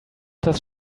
does